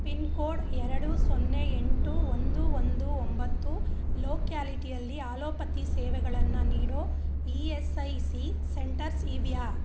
pin code ಎರಡು ಸೊನ್ನೆ ಎಂಟು ಒಂದು ಒಂದು ಒಂಬತ್ತು ಲೋಕ್ಯಾಲಿಟಿಯಲ್ಲಿ ಆಲೋಪತಿ ಸೇವೆಗಳನ್ನು ನೀಡೋ E S I C centres ಇವೆಯಾ